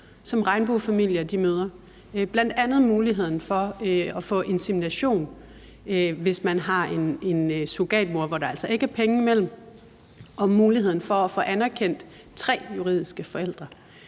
som regnbuefamilier møder. Det drejer sig bl.a. om muligheden for at få insemination, hvis man har en surrogatmor og der altså ikke er penge imellem, og muligheden for at få anerkendt tre juridiske forældre.